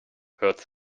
hurts